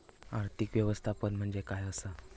आर्थिक व्यवस्थापन म्हणजे काय असा?